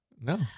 No